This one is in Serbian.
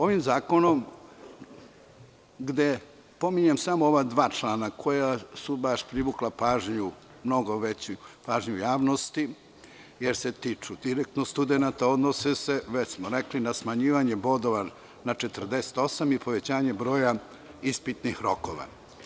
Ovim zakonom, gde pominjem samo ova dva člana koja su baš privukla mnogo veću pažnju javnosti, jer se tiču direktno studenata, odnose se na smanjivanje bodova na 48 i povećanje broja ispitnih rokova.